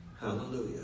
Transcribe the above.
Hallelujah